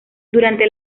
durante